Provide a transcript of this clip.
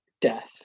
death